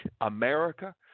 America